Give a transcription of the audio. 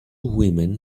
women